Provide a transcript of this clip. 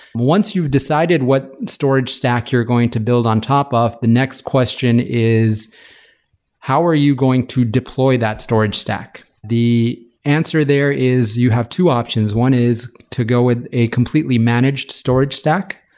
once you've decided what storage stack you're going to build on top of. the next question is how are you going to deploy that storage stack. the answer there is you have two options. one is to go with a completely managed storage stack,